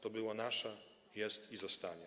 To było nasze/ Jest i zostanie”